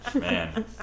Man